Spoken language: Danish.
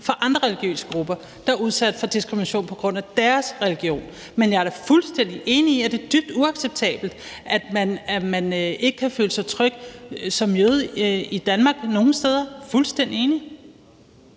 for andre religiøse grupper, der er udsat for diskrimination på grund af deres religion. Men jeg er fuldstændig enig i, at det er dybt uacceptabelt, at man ikke kan føle sig tryg som jøde i Danmark nogen steder. Jeg er fuldstændig enig.